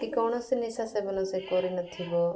କି କୌଣସି ନିଶା ସେବନ ସେ କରିନଥିବ